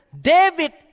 David